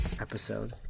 episode